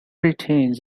retains